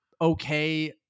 okay –